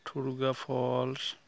Thurga falls